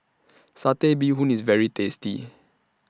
Satay Bee Hoon IS very tasty